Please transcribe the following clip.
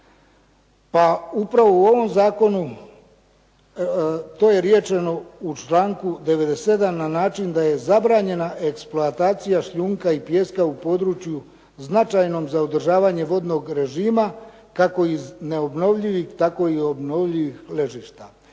Pa upravo u ovom zakonu to je riješeno u članku 97. na način da je zabranjena eksploatacija šljunka i pijeska u području značajnom za održavanje vodnog režima kako iz neobnovljivih tako i obnovljivih ležišta.